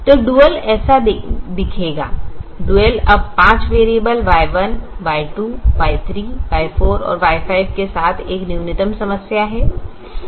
तो डुअल ऐसा दिखेगा डुअल अब 5 variable Y1 Y2 Y3 Y4 और Y5 के साथ एक न्यूनतम समस्या है